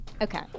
Okay